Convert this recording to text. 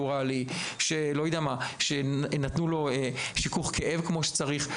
ברור שאנחנו סומכים על הפיקוח וסומכים על דעתם של אנשי המשרד.